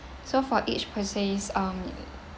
so for each purchase um